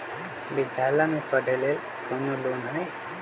विद्यालय में पढ़े लेल कौनो लोन हई?